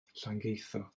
llangeitho